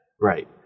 Right